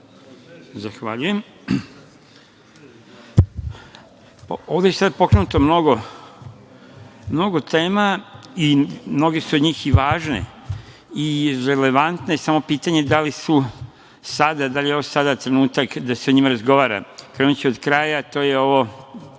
Zahvaljujem. Ovde je sad pokrenuto mnogo tema i mnoge su od njih i važne i relevantne, samo je pitanje da li su sada, da li je ovo sada trenutak da se o njima razgovara. Krenuću od kraja. To je ova